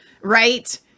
right